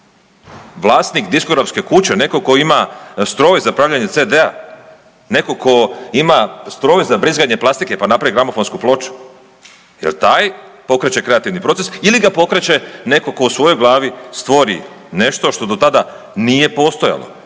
vlasnik diskografske kuće, netko tko ima stroj za pravljenje CD-a, netko tko ima stroj za brizganje plastike, pa napravi gramofonsku ploču, jel taj pokreće kreativni proces ili ga pokreće netko tko u svojoj glavi stvori nešto što do tada nije postojalo